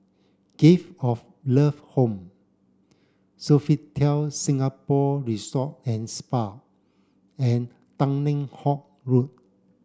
Gift of Love Home Sofitel Singapore Resort and Spa and Tanglin Halt Road